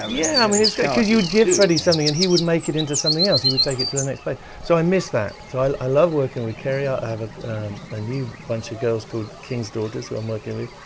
um yeah, i mean he was great cuz you would give freddie something and he would make it into something else. he would take it to the next place so i miss that. so i love working with kerry, and i have a ah new bunch of girls called king's daughters who i'm working with.